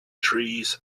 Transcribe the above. trees